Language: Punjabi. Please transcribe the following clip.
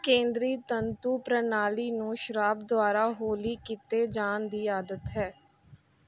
ਕੇਂਦਰੀ ਤੰਤੂ ਪ੍ਰਣਾਲੀ ਨੂੰ ਸ਼ਰਾਬ ਦੁਆਰਾ ਹੌਲੀ ਕੀਤੇ ਜਾਣ ਦੀ ਆਦਤ ਹੈ